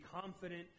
confident